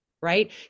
right